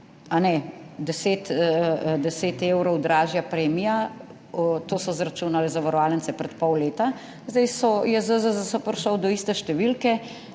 In, 10 evrov dražja premija, to so izračunale zavarovalnice pred pol leta, zdaj je ZZZS prišel do iste številke.